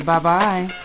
Bye-bye